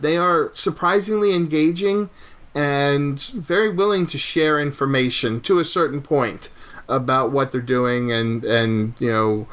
they are surprisingly engaging and very willing to share information to a certain point about what they're doing and and you know